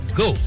go